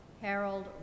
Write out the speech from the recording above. Harold